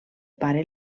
pare